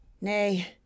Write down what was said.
Nay